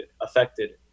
affected